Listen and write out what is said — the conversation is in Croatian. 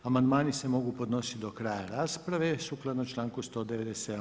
Amandmani se mogu podnositi do kraja rasprave, sukladno članku 197.